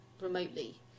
remotely